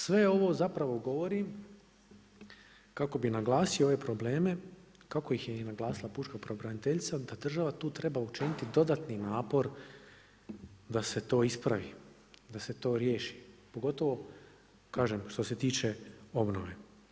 Sve ovo zapravo govorim kako bi naglasio ove probleme kako ih je i naglasila pučka pravobraniteljica da država tu treba učiniti dodatni napor da se to ispravi da se to riješi, pogotovo kažem što se tiče obnove.